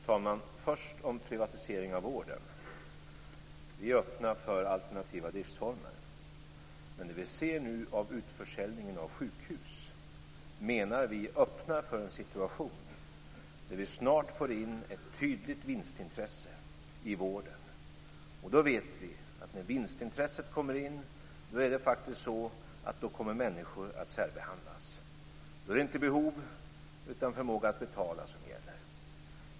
Fru talman! Först vill jag säga något om privatisering om vården. Vi är öppna för alternativa driftsformer. Men vi menar att den utförsäljning av sjukhus som vi nu ser öppnar för en situation där vi snart får in ett tydligt vinstintresse i vården. Vi vet att när vinstintresset kommer in, kommer människor att särbehandlas. Då är det inte behov utan förmåga att betala som gäller.